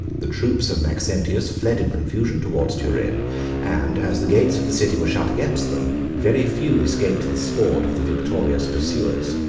the troops of maxentius fled in confusion towards turin and as the gates of the city were shut against them, very few escaped the sword of the victorious pursuers.